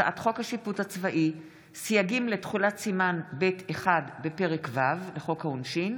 הצעת חוק השיפוט הצבאי (סייגים לתכולת סימן ב'1 בפרק ו' לחוק העונשין)